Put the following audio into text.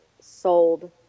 sold